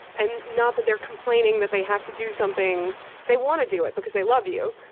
and not that they're complaining that they have to do something they want to do it because they love you.